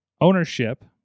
ownership